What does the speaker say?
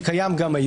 שזה מה שקיים היום,